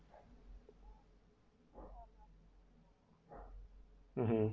mmhmm